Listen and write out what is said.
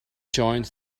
joined